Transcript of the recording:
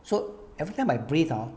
so everytime I breathe ha